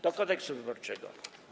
Do Kodeksu wyborczego.